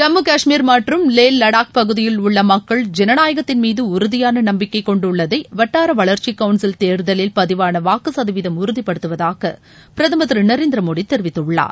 ஜம்மு காஷ்மீர் மற்றும் லே லடாக் பகுதியில் உள்ள மக்கள் ஜனநாயக்தின் மீது உறுதியான நம்பிக்கை கொண்டுள்ளதை வட்டார வளர்ச்சி கவுன்சில் தேர்தலில் பதிவான வாக்கு சதவீதம் உறுதிபடுத்துவதாக பிரதமர் திரு நரேந்திர மோடி தெரிவித்துள்ளார்